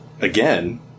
Again